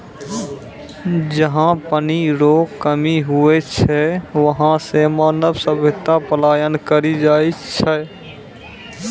जहा पनी रो कमी हुवै छै वहां से मानव सभ्यता पलायन करी जाय छै